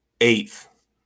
eighth